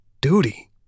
Duty